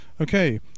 Okay